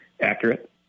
accurate